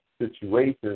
situations